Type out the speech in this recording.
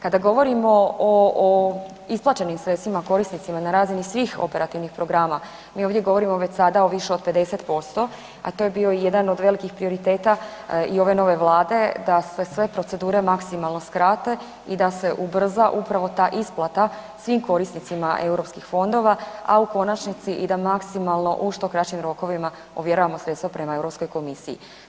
Kada govorimo o isplaćenim sredstvima korisnicima na razini svih operativnih programa, mi ovdje govorimo već sada o više od 50% a to je bio i jedan od velikih prioriteta i ove nove Vlade da sve procedure maksimalno skrate i da se ubrza upravo ta isplata svim korisnima europskih fondova a u konačnici i da maksimalno u što kraćim rokovima ovjeravamo sredstva prema Europskoj komisiji.